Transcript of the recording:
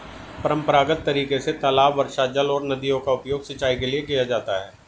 परम्परागत तरीके से तालाब, वर्षाजल और नदियों का उपयोग सिंचाई के लिए किया जाता है